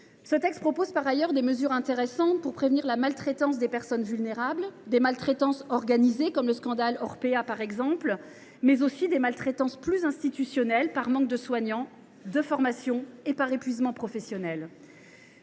Ce texte contient par ailleurs des mesures intéressantes pour prévenir la maltraitance des personnes vulnérables, des maltraitances organisées, comme le scandale Orpea nous en a révélé, mais aussi des maltraitances plus institutionnelles, par manque de soignants, de formation, ou encore par épuisement professionnel.